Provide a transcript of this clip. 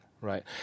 right